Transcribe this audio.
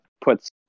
puts